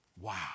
Wow